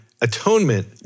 atonement